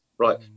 Right